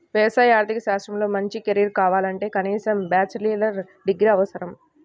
వ్యవసాయ ఆర్థిక శాస్త్రంలో మంచి కెరీర్ కావాలంటే కనీసం బ్యాచిలర్ డిగ్రీ అవసరం